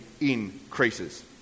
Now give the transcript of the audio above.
increases